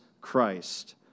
Christ